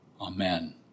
Amen